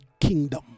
kingdom